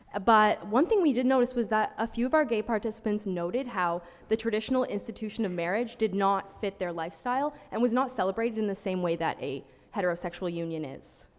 ah but one thing we did notice was that a few of our gay participants noted how the traditional institution of marriage did not fit their life style, and was not celebrated in the same way that a heterosexual union is.